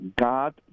God